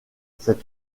cette